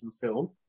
film